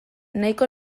nahiko